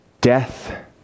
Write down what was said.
death